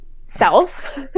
self